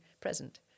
present